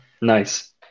Nice